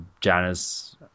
Janice